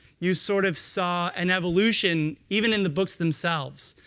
you sort of saw an evolution, even in the books themselves.